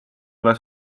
ole